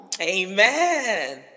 Amen